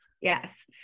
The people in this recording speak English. Yes